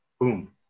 Boom